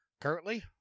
currently